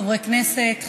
חברי כנסת,